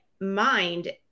mind